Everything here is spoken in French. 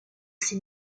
ses